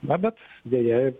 na bet deja